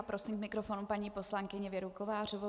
Prosím k mikrofonu paní poslankyni Věru Kovářovou.